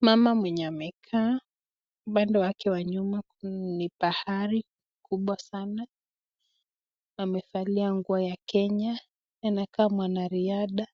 Mama mwenye amekaa, upande wake wa nyuma ni bahari kubwa sana. Amevalia nguo ya Kenya, anakaa mwanariadha.